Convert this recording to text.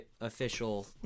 official